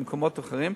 במקומות אחרים,